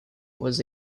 was